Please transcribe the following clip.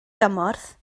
gymorth